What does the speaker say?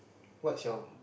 what's your